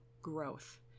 growth